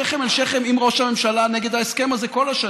שכם אל שכם עם ראש הממשלה נגד ההסכם הזה כל השנים,